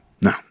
No